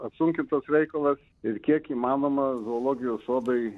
apsunkintas reikalas ir kiek įmanoma zoologijos sodai